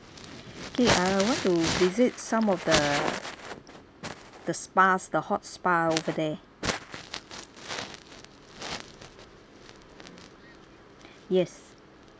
okay uh I want to visit some of the the spas the hot spa over there yes